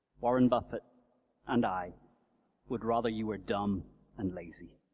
warren buffett and i would rather you were dumb and lazy.